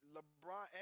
LeBron